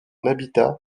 habitat